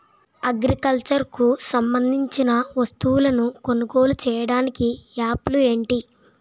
Agriculture కు సంబందించిన వస్తువులను కొనుగోలు చేయటానికి యాప్లు ఏంటి?